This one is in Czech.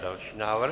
Další návrh.